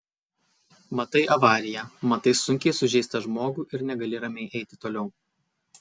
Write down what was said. matai avariją matai sunkiai sužeistą žmogų ir negali ramiai eiti toliau